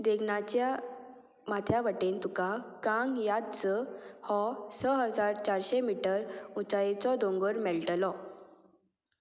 देगनाच्या माथ्या वटेन तुका कांग याद हो स हजार चारशें मिटर उंचायेचो दोंगर मेळटलो